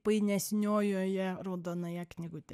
painesniojoje raudonoje knygutėje